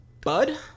Bud